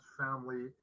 family